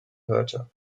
hörte